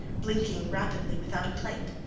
blinking rapidly without a plaint.